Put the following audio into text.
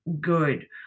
good